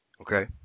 Okay